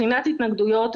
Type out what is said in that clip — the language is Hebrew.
בחינת התנגדויות,